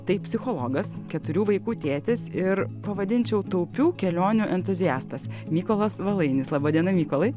tai psichologas keturių vaikų tėtis ir pavadinčiau taupių kelionių entuziastas mykolas valainis laba diena mykolai